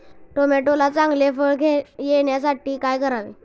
टोमॅटोला चांगले फळ येण्यासाठी काय करावे?